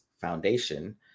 foundation